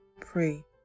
pray